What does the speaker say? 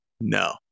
no